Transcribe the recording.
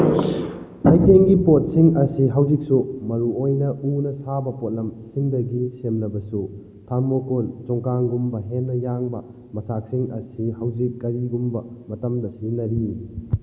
ꯂꯩꯇꯦꯡꯒꯤ ꯄꯣꯠꯁꯤꯡ ꯑꯁꯤ ꯍꯧꯖꯤꯛꯁꯨ ꯃꯔꯨꯑꯣꯏꯅ ꯎꯅ ꯁꯥꯕ ꯄꯣꯠꯂꯝꯁꯤꯡꯗꯒꯤ ꯁꯦꯝꯂꯕꯁꯨ ꯊꯔꯃꯣꯀꯣꯜ ꯆꯣꯡꯒꯥꯡꯒꯨꯝꯕ ꯍꯦꯟꯅ ꯌꯥꯡꯕ ꯃꯆꯥꯛꯁꯤꯡ ꯑꯁꯤ ꯍꯧꯖꯤꯛ ꯀꯔꯤꯒꯨꯝꯕ ꯃꯇꯝꯗ ꯁꯤꯖꯤꯟꯅꯔꯤ